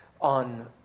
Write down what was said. on